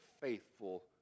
faithful